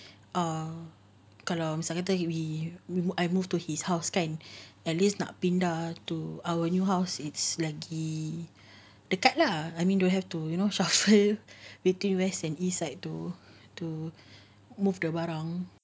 err kalau we we I moved to his house kan at least nak pindah to our new house it's lagi dekat lah I mean you have to you know shuffle between west and east to to move the barang